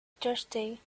thirsty